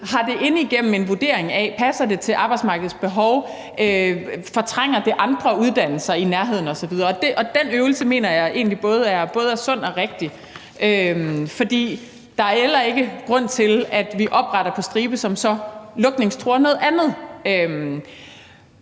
har det inde igennem en vurdering af: Passer det til arbejdsmarkedets behov? Fortrænger det andre uddannelser i nærheden osv.? Og den øvelse mener jeg egentlig både er sund og rigtig, for der er ingen grund til, at vi opretter ting på stribe, som så lukningstruer noget andet.